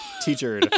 Teacher